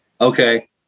okay